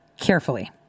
carefully